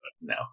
No